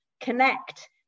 connect